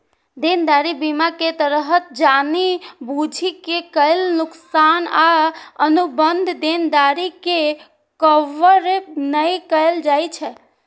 देनदारी बीमा के तहत जानि बूझि के कैल नोकसान आ अनुबंध देनदारी के कवर नै कैल जाइ छै